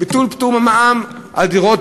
ביטול פטור ממע"מ על דירות,